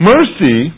Mercy